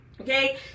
Okay